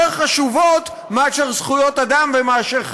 יותר חשובות מזכויות אדם ומחיי אדם.